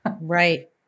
Right